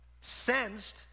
sensed